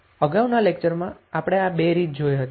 અગાઉના લેક્ચરમાં આપણે આ બે રીત જોઈ હતી